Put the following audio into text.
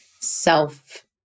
self